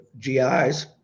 GIs